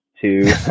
two